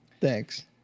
thanks